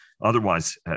otherwise